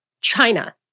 China